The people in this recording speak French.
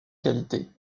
qualités